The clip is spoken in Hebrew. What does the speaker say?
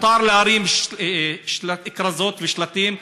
מותר להרים כרזות ושלטים,